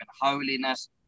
holiness